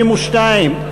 62,